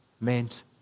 Meant